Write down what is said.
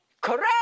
Correct